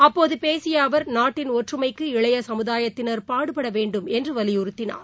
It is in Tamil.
அப்போதுபேசியஅவர் நாட்டின் ஒற்றுமைக்கு இளையசமுதாயத்தினர் பாடுபடவேண்டும் என்றுவலியுறுத்தினார்